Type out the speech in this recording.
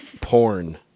porn